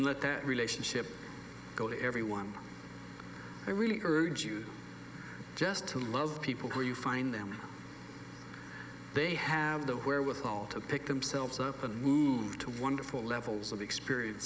let that relationship go to everyone i really urge you just to love people where you find them they have the wherewithal to pick themselves up and move to wonderful levels of experience